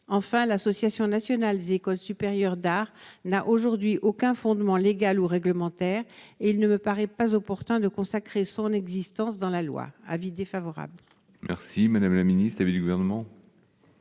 enfin, l'association nationale des écoles supérieures d'art n'a aujourd'hui aucun fondement légal ou réglementaire et il ne me paraît pas opportun de consacrer son existence dans la loi : avis défavorable. Merci madame la ministre avait du gouvernement.